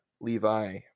Levi